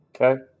Okay